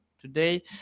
today